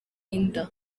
inda